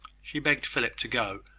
she begged philip to go,